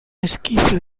esquife